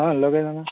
ହଁ ଲଗାଇ ଦେବା